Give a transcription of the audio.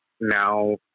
now